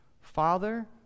Father